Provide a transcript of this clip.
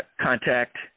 Contact